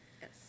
Yes